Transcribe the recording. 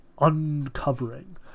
uncovering